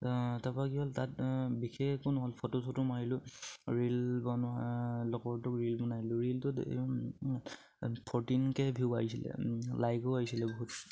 তাপা কি হ'ল তাত বিশেষ একো নহ'ল ফটো চটো মাৰিলোঁ ৰিল বনোৱা লগৰটোক ৰিল বনাই দিলোঁ ৰিলটোত ফৰ্টিন কে ভিউ আহিছিলে লাইকো আহিছিলে বহুত